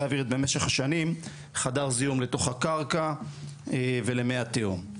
האווירית במשך השנים חדר זיהום לתוך הקרקע ולמי התיהום.